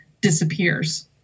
disappears